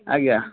ଆଜ୍ଞା